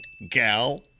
Gal